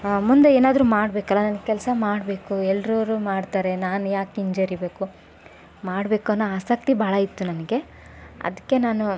ಮುಂದೆ ಏನಾದರೂ ಮಾಡಬೇಕಲ್ಲ ನಂಗೆ ಕೆಲಸ ಮಾಡಬೇಕು ಎಲ್ಲರೂ ಮಾಡ್ತಾರೆ ನಾನು ಯಾಕೆ ಹಿಂಜರಿಬೇಕು ಮಾಡ್ಬೇಕು ಅನ್ನೋ ಆಸಕ್ತಿ ಭಾಳ ಇತ್ತು ನನಗೆ ಅದಕ್ಕೆ ನಾನು